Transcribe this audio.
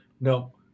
no